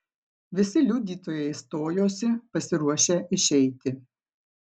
visi liudytojai stojosi pasiruošę išeiti